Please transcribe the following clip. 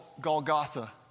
Golgotha